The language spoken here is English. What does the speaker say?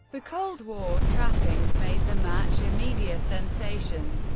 the cold war trappings made the match a media sensation.